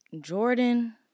Jordan